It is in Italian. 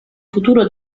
futuro